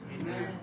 Amen